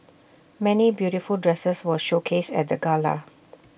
many beautiful dresses were showcased at the gala